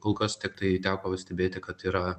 kol kas tiktai teko vis stebėti kad yra